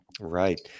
right